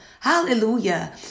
Hallelujah